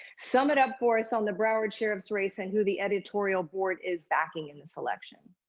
sum it up for us on the broward sheriff's race and who the editorial board is backing in this election.